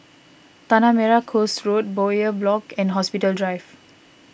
Tanah Merah Coast Road Bowyer Block and Hospital Drive